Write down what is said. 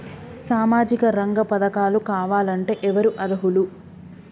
సామాజిక రంగ పథకాలు కావాలంటే ఎవరు అర్హులు?